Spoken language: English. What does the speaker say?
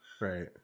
Right